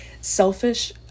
Selfish